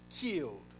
killed